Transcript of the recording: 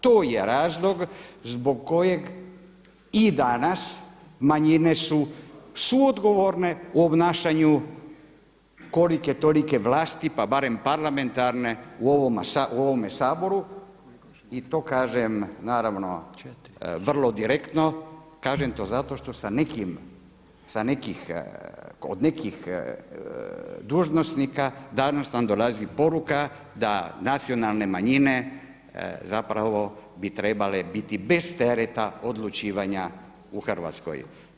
To je razlog zbog kojeg i danas manjine su suodgovorne u obnašanju kolike tolike vlasti pa barem parlamentarne u ovome Saboru i to kažem naravno vrlo direktno, to kažem zato što kod nekih dužnosnika danas nam dolazi poruka da nacionalne manjine zapravo bi trebale biti bez tereta odlučivanja u Hrvatskoj.